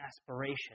aspiration